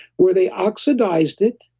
where they oxidized it,